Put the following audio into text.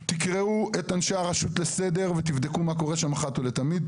תקראו את ראשי הרשות לסדר ותבדקו מה קורה שם אחת ולתמיד,